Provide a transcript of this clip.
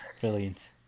Brilliant